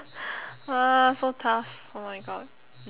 ugh so tough oh my god